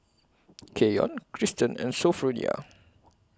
Keyon Kristen and Sophronia